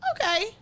Okay